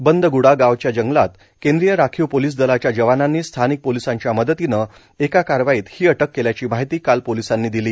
बंदग्डा गावच्या जंगलात केंद्रीय राखीव पोलिस दलाच्या जवानांनी स्थानिक पोलिसांच्या मदतीनं एक कारवाईत ही अटक केल्याची माहिती काल पोलिसांनी दिली